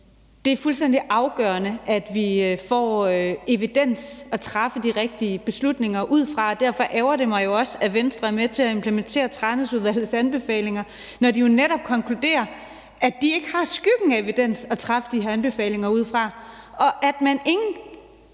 Det er fuldstændig afgørende, at vi får evidens at træffe de rigtige beslutninger ud fra. Derfor ærgrer det mig jo også, at Venstre er med til at implementere Tranæsudvalgets anbefalinger, når de netop konkluderer, at de ikke har skyggen af evidens at lave de her anbefalinger ud fra, og at man ikke